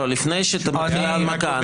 לא, לפני שתהיה הנמקה.